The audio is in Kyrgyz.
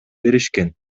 беришкен